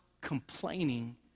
complaining